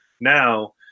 now